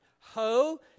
Ho